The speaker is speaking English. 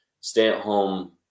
stay-at-home